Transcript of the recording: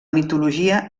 mitologia